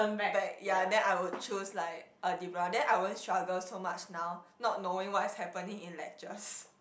back ya then I would choose like uh then I won't struggle so much now not knowing what's happening in lectures